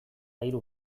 hiru